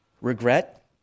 regret